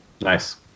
Nice